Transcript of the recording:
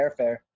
airfare